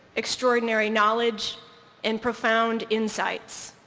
extraordinary knowledge and profound insights.